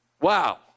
Wow